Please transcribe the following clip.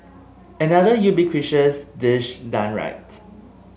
another ubiquitous dish done right